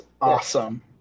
awesome